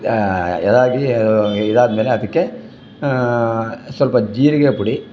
ಇದಾದ್ಮೇಲೆ ಅದಕ್ಕೆ ಸ್ವಲ್ಪ ಜೀರಿಗೆ ಪುಡಿ